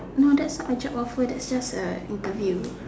no that's not a job offer that is just a interview